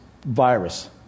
virus